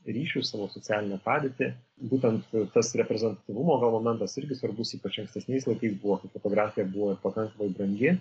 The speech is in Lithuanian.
ryšius savo socialinę padėtį būtent tas reprezentatyvumo gal momentas irgi svarbus ypač ankstesniais laikais buvo kai fotografija buvo pakankamai brangi